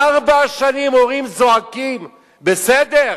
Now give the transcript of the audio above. ארבע שנים הורים זועקים: בסדר,